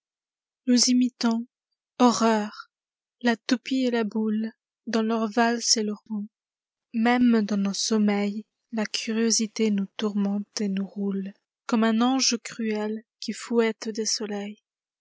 nous imitons horreuri la toupie et la boule dans leur valse et leurs bonds même dans nos sommeils la curiosité nous tourmente et nous roule comme un ange cruel qui fouette des soleils